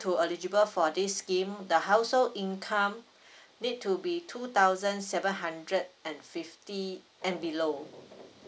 to eligible for this scheme the household income need to be two thousand seven hundred and fifty and below